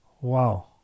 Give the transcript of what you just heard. wow